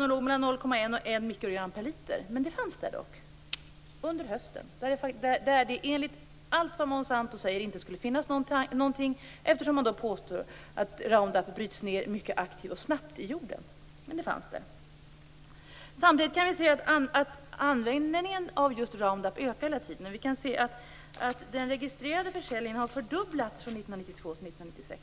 De låg mellan 0,1 och 1 mikrogram per liter, men det fanns där dock under hösten. Enligt allt vad Monsanto säger skulle det inte finnas någonting där, eftersom man påstår att Roundup bryts ned mycket aktivt och snabbt i jorden. Men det fanns där. Samtidigt ökar användningen av Roundup hela tiden. Den registrerade försäljningen har fördubblats från 1992 till 1996.